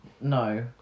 No